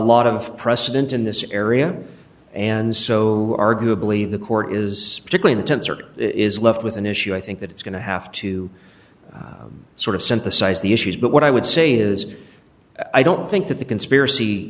lot of precedent in this area and so arguably the court is strictly in the th circuit is left with an issue i think that it's going to have to sort of synthesize the issues but what i would say is i don't think that the conspiracy